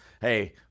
hey